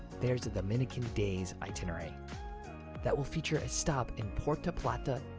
there's the dominican daze itinerary that will feature a stop in puerto plata,